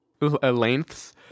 lengths